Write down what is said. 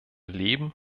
leben